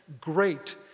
great